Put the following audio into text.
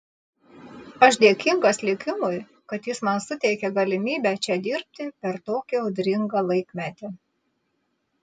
aš dėkingas likimui kad jis man suteikė galimybę čia dirbti per tokį audringą laikmetį